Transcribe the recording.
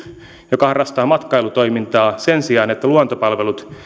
joka harrastaa matkailutoimintaa sen sijaan että luontopalvelut